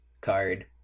card